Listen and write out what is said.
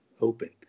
open